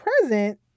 present